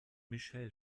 michelle